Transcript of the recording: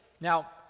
Now